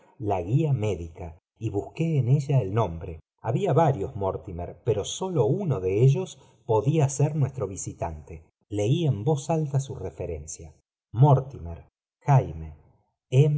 la guía médica y busqué en ella el nombre había varios mortimer pero sólo uno de ellos podía ser nuestro visitante leí en voz alta su re ferencia mortimer jaime